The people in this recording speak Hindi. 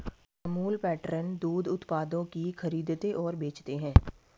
अमूल पैटर्न दूध उत्पादों की खरीदते और बेचते है